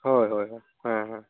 ᱦᱳᱭᱼᱦᱳᱭ ᱦᱮᱸᱼᱦᱮᱸ